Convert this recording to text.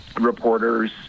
reporters